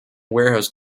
warehouse